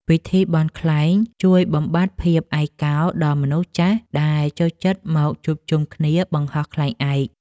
ពិធីបុណ្យខ្លែងជួយបំបាត់ភាពឯកោដល់មនុស្សចាស់ដែលចូលចិត្តមកជួបជុំគ្នាបង្ហោះខ្លែងឯក។